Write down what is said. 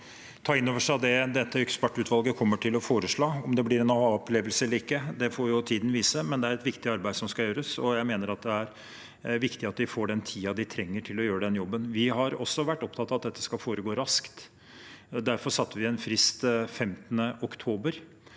er opptatt av energipolitikk, til å gjøre det. Om det blir en aha-opplevelse eller ikke, får tiden vise, men det er et viktig arbeid som skal gjøres, og jeg mener det er viktig at de får den tiden de trenger til å gjøre den jobben. Vi har også vært opptatt av at dette skal foregå raskt. Derfor satte vi en frist til 15. oktober.